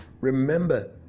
remember